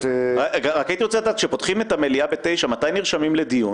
רק הייתי רוצה לדעת כשפותחים את המליאה ב-9:00 מתי נדרשים לדיון?